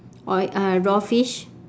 oil uh raw fish